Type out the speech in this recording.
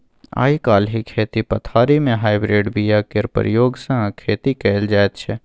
आइ काल्हि खेती पथारी मे हाइब्रिड बीया केर प्रयोग सँ खेती कएल जाइत छै